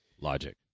Logic